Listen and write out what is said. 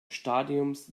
stadiums